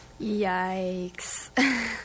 Yikes